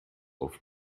auf